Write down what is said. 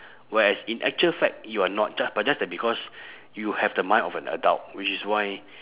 whereas in actual fact you are not just but just that because you have the mind of an adult which is why